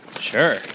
Sure